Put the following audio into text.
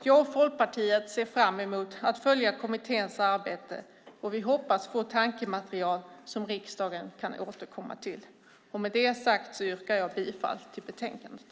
Jag och Folkpartiet ser fram emot att följa kommitténs arbete, och vi hoppas få tankematerial som riksdagen kan återkomma till. Med det sagt yrkar jag bifall till förslaget i betänkandet.